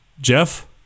Jeff